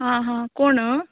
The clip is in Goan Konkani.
हां हां कोण